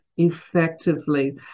effectively